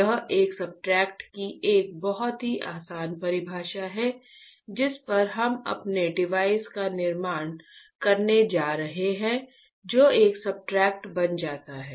यह एक सब्सट्रेट की एक बहुत ही आसान परिभाषा है जिस पर हम अपने डिवाइस का निर्माण करने जा रहे हैं जो एक सब्सट्रेट बन जाता है